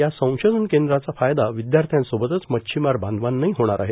या संशोधन केंद्राचा फायदा विद्यार्थ्यांसोबतच मच्छिमार बांधवांनाही होणार आहे